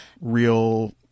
real